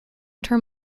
term